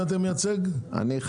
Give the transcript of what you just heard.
נציג התנועה הקיבוצית בבקשה.